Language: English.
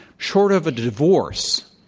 short of a divorce,